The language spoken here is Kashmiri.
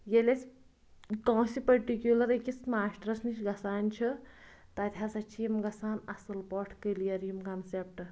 ییٚلہِ أسۍ کٲنٛسہِ پٔٹِکیوٗلَر أکِس ماشٹرَس نِش گژھان چھِ تَتہِ ہسا چھِ یِم گژھان اَصٕل پٲٹھۍ کٕلیَر یِم کَنسیٚپٹ